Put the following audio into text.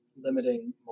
limiting